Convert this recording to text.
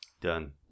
Done